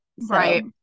Right